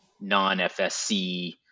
non-FSC